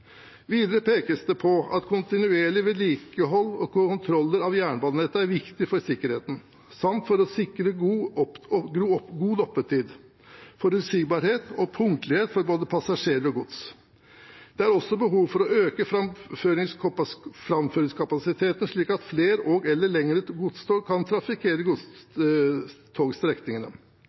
Videre pekes det på at kontinuerlig vedlikehold og kontrollering av jernbanenettet er viktig for sikkerheten samt for å sikre god oppetid, forutsigbarhet og punktlighet for både passasjerer og gods. Det er også behov for å øke framføringskapasiteten, slik at flere og/eller lengre godstog kan trafikkere